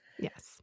Yes